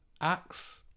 acts